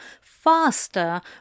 faster